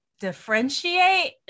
differentiate